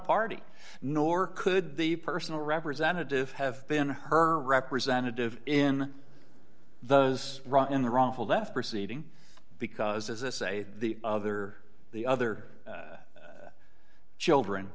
party nor could the personal representative have been her representative in those brought in the wrongful death proceeding because as i say the other the other children